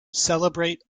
celebrate